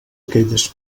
aquelles